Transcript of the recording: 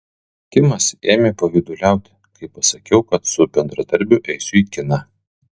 kimas ėmė pavyduliauti kai pasakiau kad su bendradarbiu eisiu į kiną